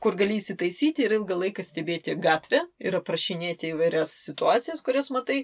kur gali įsitaisyti ir ilgą laiką stebėti gatvę ir aprašinėti įvairias situacijas kurias matai